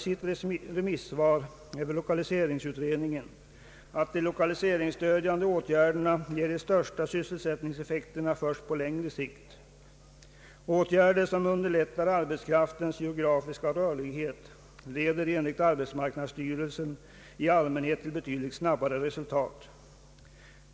sitt remissvar Över lokaliseringsutredningen att de lokaliseringsstödjande åtgärderna ger de största sysselsättningseffekterna först på längre sikt. Åtgärder som underlättar arbetskraftens geografiska rörlighet leder enligt arbetsmarknadsstyrelsen i allmänhet till betydligt snabbare resultat.